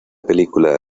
película